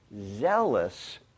zealous